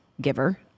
giver